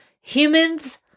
humans